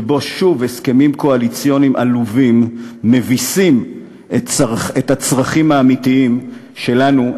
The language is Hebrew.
שבו שוב הסכמים קואליציוניים עלובים מביסים את הצרכים האמיתיים שלנו,